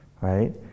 right